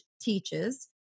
teaches